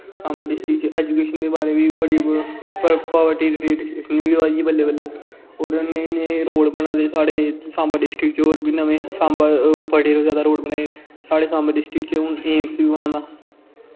Samba district च education दे बारे बी बड़ी पावर्टी शुरु होआ दी ऐ बल्लें बल्लें होर नए नए रोड़ बना दे साढ़े सांबा डिस्टिक च होर बी नमें सांबा बड़े जादा रोड़ बनाए साढ़े सांबा डिस्टिक च हून एम्स बी बना दा